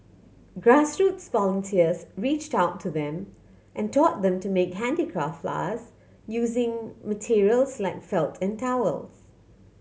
grassroots volunteers reached out to them and taught them to make handicraft flowers using materials like felt and towels